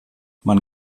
man